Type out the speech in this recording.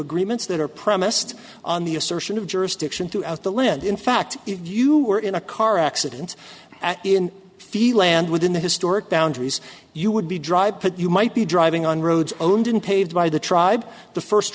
agreements that are premised on the assertion of jurisdiction throughout the lead in fact if you were in a car accident in the land within the historic downed trees you would be drive put you might be driving on roads owned in paved by the tribe the first